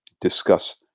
discuss